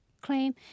claim